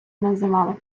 називали